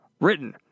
written